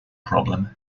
problem